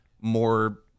more